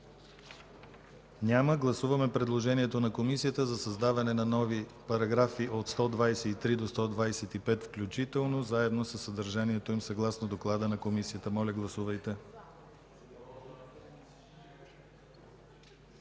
Няма. Гласуваме предложението на Комисията за създаване на нови параграфи от 123 до 125 включително, заедно със съдържанието им, съгласно доклада на Комисията. Гласували